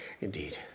Indeed